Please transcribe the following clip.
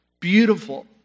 Beautiful